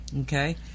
Okay